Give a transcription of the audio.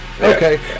Okay